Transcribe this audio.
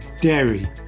dairy